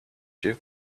you